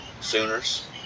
Sooners